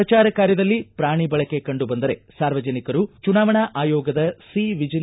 ಪ್ರಚಾರ ಕಾರ್ಯದಲ್ಲಿ ಪ್ರಾಣಿ ಬಳಕೆ ಕಂಡುಬಂದರೆ ಸಾರ್ವಜನಿಕರು ಚುನಾವಣಾ ಆಯೋಗದ ಸಿ ವಿಜಿ